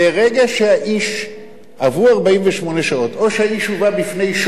עברו 48 שעות, או שהאיש הובא בפני שופט,